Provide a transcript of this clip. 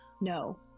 No